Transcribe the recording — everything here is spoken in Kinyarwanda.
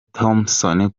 thompson